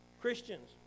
Christians